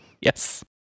Yes